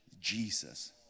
Jesus